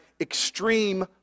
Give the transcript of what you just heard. extreme